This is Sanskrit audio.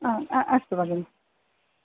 आम् अस्तु भगिनि